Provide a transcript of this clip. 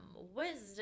wisdom